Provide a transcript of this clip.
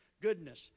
goodness